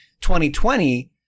2020